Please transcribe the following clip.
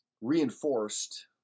reinforced